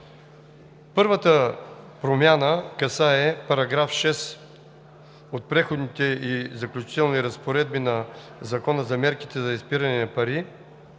Първата промяна касае § 6 от Преходните и заключителни разпоредби на Закона за мерките срещу изпирането на пари.